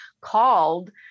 called